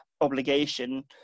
obligation